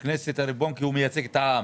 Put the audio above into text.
הכנסת היא הריבון כי היא מייצגת את העם.